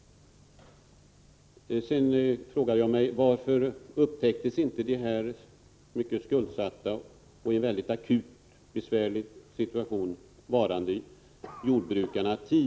Jag frågar mig varför man först vid jordbruksutskottets behandling upptäckte de mycket hårt skuldsatta och i mycket akut, besvärlig situation varande jordbrukarna.